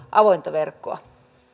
avointa verkkoa arvoisa herra